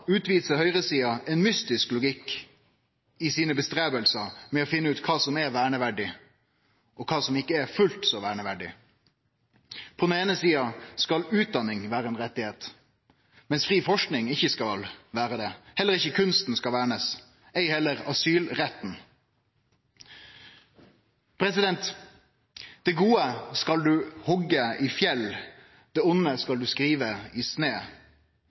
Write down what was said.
utviser høgresida ein mystisk logikk i forsøka sine på å finne ut kva som er verneverdig, og kva som ikkje er fullt så verneverdig. På den eine sida skal utdanning vere ein rett, mens fri forsking ikkje skal vere det. Heller ikkje kunsten skal vernast – heller ikkje asylretten. Det gode skal ein hogge i fjell, det vonde skal ein skrive i